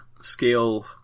scale